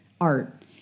art